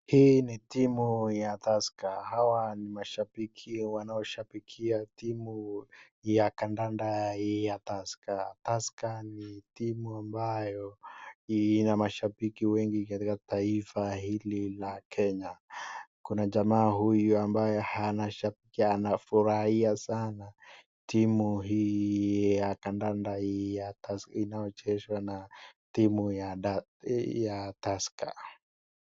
Hii ni timu ya taska, hawa ni mashabiki wanaoshabikia timu ya kandanda ya taska, taska ni timu ambayo ina mashabiko wengi katika nchii hii ya kenya, kuna jamaa huyu ambaye hana shati yake anafurahia sana timu hii ya kandanda inayochezwa na timuu hii ya taska.